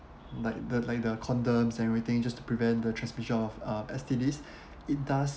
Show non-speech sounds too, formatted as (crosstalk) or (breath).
like the like the condoms everything just to prevent the transmission of uh S_T_Ds (breath) it does